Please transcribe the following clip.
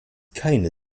keine